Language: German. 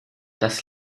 das